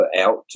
out